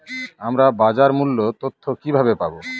আমরা বাজার মূল্য তথ্য কিবাবে পাবো?